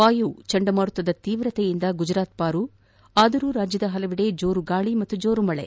ವಾಯು ಚಂಡ ಮಾರುತದ ತೀವ್ರತೆಯಿಂದ ಗುಜರಾತ್ ಪಾರು ಆದರೂ ರಾಜ್ಯದ ಹಲವೆಡೆ ಜೋರುಗಾಳಿ ಮತ್ತು ಜೋರು ಮಳೆ